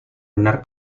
benar